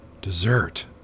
Dessert